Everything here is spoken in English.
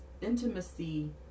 intimacy